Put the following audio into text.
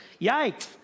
Yikes